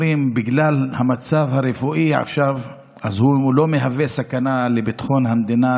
אומרים: בגלל המצב הרפואי עכשיו הוא לא מהווה סכנה לביטחון המדינה,